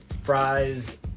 fries